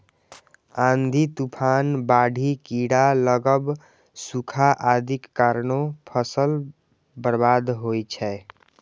आंधी, तूफान, बाढ़ि, कीड़ा लागब, सूखा आदिक कारणें फसलक बर्बादी होइ छै